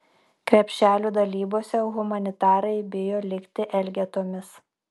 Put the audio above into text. krepšelių dalybose humanitarai bijo likti elgetomis